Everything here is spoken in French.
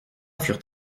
furent